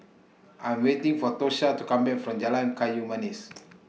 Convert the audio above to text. I'm waiting For Tosha to Come Back from Jalan Kayu Manis